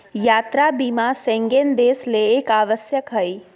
यात्रा बीमा शेंगेन देश ले एक आवश्यक हइ